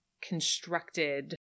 constructed